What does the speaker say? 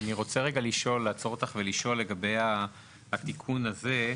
אני רוצה לעצור אותך ולשאול לגבי התיקון הזה.